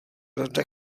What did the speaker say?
rada